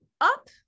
up